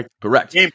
Correct